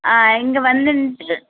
ஆ இங்கே வந்துவிட்டு